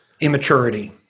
Immaturity